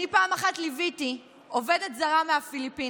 אני פעם אחת ליוויתי עובדת זרה מהפיליפינים,